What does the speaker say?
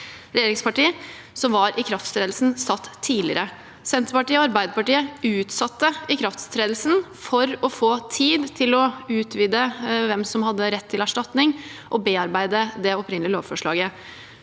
regjeringsparti, var ikrafttredelsen satt tidligere. Senterpartiet og Arbeiderpartiet utsatte ikrafttredelsen for å få tid til å utvide hvem som hadde rett til erstatning, og bearbeide det opprinnelige lovforslaget,